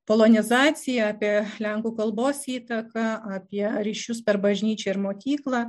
polonizaciją apie lenkų kalbos įtaką apie ryšius per bažnyčią ir mokyklą